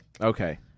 Okay